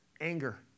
Anger